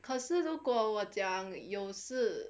可是如果我讲有事